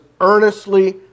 earnestly